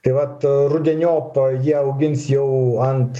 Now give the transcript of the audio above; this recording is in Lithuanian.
tai vat rudeniop jie augins jau ant